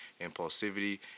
impulsivity